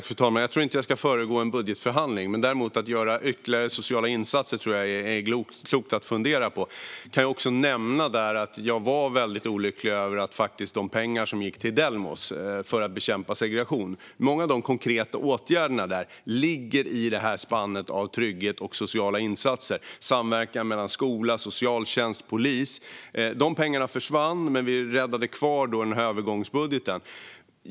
Fru talman! Jag tror inte att jag ska föregripa en budgetförhandling. Däremot tror jag att det är klokt att fundera på att göra ytterligare sociala insatser. Jag kan nämna att jag var väldigt olycklig över att de pengar som gick till Delmos för att bekämpa segregation försvann. Många av de konkreta åtgärderna ligger i spannet mellan trygghet, sociala insatser och samverkan mellan skola, socialtjänst och polis. Dessa pengar försvann, men vi räddade kvar dem i övergångsbudgeten.